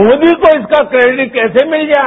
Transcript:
मोदी को इसका क्रैडिट कैसे मिल गया है